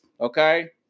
okay